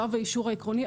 שלב האישור העקרוני,